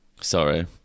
Sorry